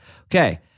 Okay